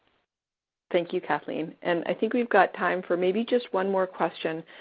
thank you, kathleen. and i think we've got time for maybe just one more question.